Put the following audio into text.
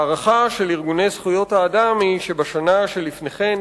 ההערכה של ארגוני זכויות האדם היא שבשנה שלפני כן,